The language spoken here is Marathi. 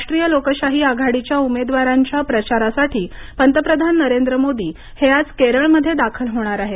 राष्ट्रीय लोकशाही आघाडीच्या उमेदवारांच्या प्रचारासाठी पंतप्रधान नरेंद्र मोदी हे आज केरळमध्ये दाखल होणार आहेत